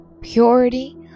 purity